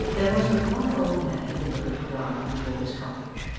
there was but one old man in the little garden before his cottage,